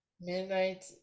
Midnight